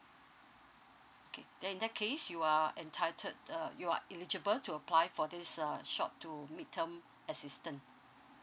okay then in that case you are entitled uh you are eligible to apply for this uh short to midterm assistant